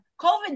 COVID